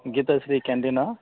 Gita Sri cantina